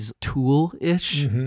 tool-ish